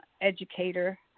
educator